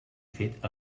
fet